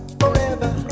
forever